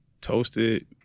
toasted